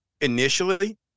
initially